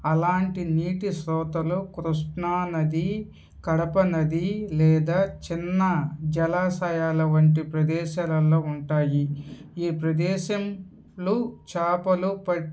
అలాంటి నీటి శోతలు కృష్ణా నది కడప నది లేదా చిన్న జలాశయాల వంటి ప్రదేశాలలో ఉంటాయి ఈ ప్రదేశాలు చేపలు పట్